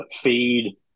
feed